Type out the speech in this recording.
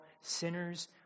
sinners